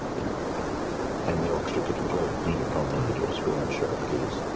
you know and the orchestra didn't play it, you know normally you don't score in sharp keys.